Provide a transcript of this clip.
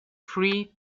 free